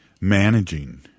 managing